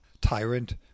tyrant